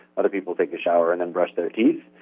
other people take a shower and then brush their teeth.